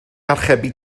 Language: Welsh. archebu